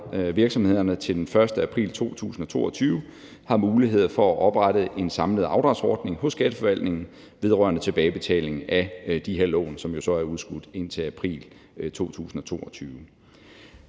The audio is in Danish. virksomhederne til den 1. april 2022 har mulighed for at oprette en samlet afdragsordning hos skatteforvaltningen vedrørende tilbagebetalingen af de her lån, som er udskudt indtil april 2022.